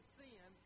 sin